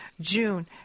June